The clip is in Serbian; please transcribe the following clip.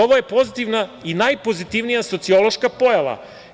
Ovo je pozitivna i najpozitivnija sociološka pojava.